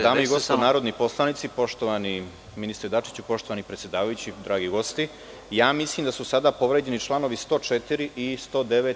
Dame i gospodo narodni poslanici, poštovani ministre Dačiću, poštovani predsedavajući, dragi gosti, ja mislim da su sada povređeni čl. 104. i 109.